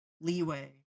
leeway